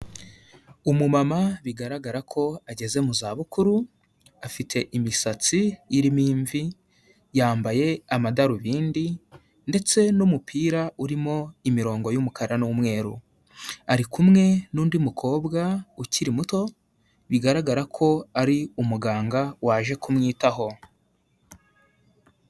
Umumama bigaragara ko ageze mu zabukuru, afite imisatsi irimo imvi yambaye amadarubindi ndetse n'umupira urimo imirongo y'umukara n'umweru, ari kumwe n'undi mukobwa ukiri muto bigaragara ko ari umuganga waje kumwitaho.